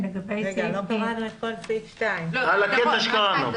לא קראנו את כל סעיף 2. על מה שקראנו.